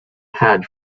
had